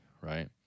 right